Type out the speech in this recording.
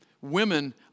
Women